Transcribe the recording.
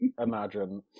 imagine